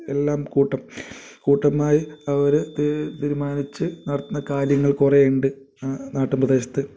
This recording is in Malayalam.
എല്ലാം കൂട്ടം കൂട്ടമായി അവർ തി തീരുമാനിച്ചു നടത്തുന്ന കാര്യങ്ങൾ കുറേ ഉണ്ട് നാട്ടും പ്രദേശത്ത്